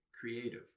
creative